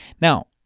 Now